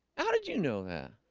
how did you know that